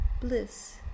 bliss